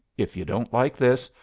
if you don't like this,